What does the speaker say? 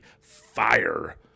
fire